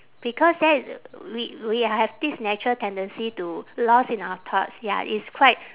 because that we we have this natural tendency to lost in our thoughts ya it's quite